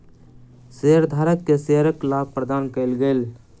शेयरधारक के शेयरक लाभ प्रदान कयल गेल